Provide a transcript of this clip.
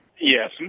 Yes